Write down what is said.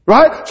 Right